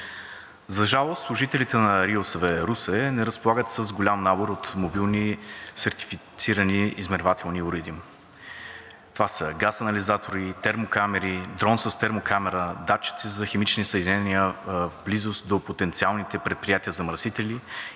За жалост служителите на РИОСВ – Русе, не разполагат с голям набор от мобилни сертифицирани измервателни уреди. Това са газ анализатори, термокамери, дрон с термокамера, датчици за химични съединения в близост до потенциалните предприятия –замърсители, и